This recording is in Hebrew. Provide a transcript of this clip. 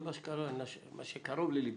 מה שקרוב לליבי,